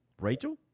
Rachel